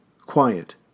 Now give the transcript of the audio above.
quiet